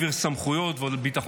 רשות הדיבור לחבר הכנסת סגלוביץ' בלבד.